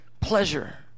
Pleasure